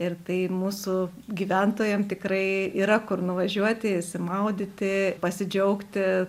ir tai mūsų gyventojam tikrai yra kur nuvažiuoti išsimaudyti pasidžiaugti